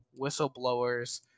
whistleblowers